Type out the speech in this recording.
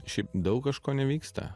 šiaip daug kažko nevyksta